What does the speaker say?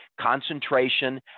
concentration